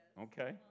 Okay